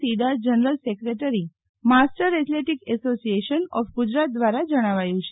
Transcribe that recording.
સીડા general secretary master athletic association of Gujarat દ્વારા જણાવાયું છે